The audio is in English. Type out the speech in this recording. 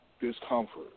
discomfort